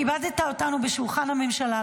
כיבדת אותנו בשולחן הממשלה,